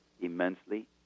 immensely